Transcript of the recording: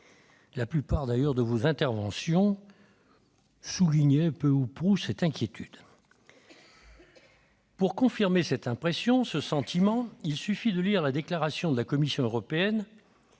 la plupart des précédentes interventions soulignent peu ou prou cette inquiétude. Pour confirmer ce sentiment, il suffit de lire la déclaration de la Commission européenne,